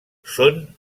són